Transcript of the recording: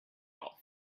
all